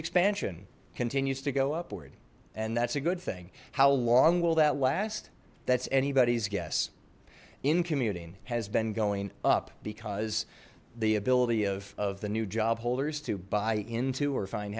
expansion continues to go upward and that's a good thing how long will that last that's anybody's guess in commuting has been going up because the ability of the new job holders to buy into or find